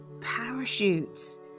parachutes